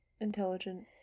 intelligent